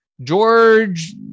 George